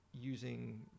using